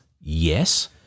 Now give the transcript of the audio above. Yes